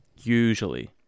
Usually